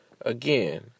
Again